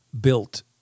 built